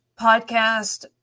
podcast